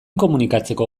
komunikatzeko